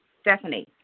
Stephanie